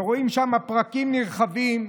ורואים שם פרקים נרחבים,